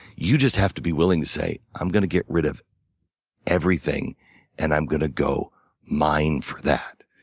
you just have to be willing to say i'm gonna get rid of everything and i'm gonna go mine for that.